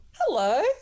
Hello